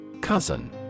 Cousin